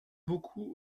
beaucoup